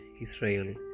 Israel